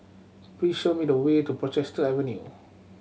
please show me the way to Portchester Avenue